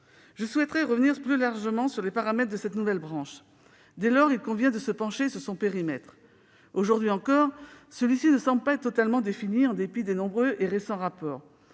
Je souhaiterais revenir plus largement sur les paramètres de cette nouvelle branche. Il convient tout d'abord de se pencher sur son périmètre. Aujourd'hui encore, celui-ci ne semble pas être totalement défini, en dépit de nombreux et récents rapports.